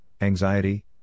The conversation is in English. anxiety